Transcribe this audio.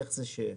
איך זה שליטא,